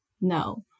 no